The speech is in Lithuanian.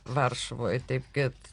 varšuvoj taip kad